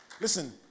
Listen